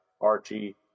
Archie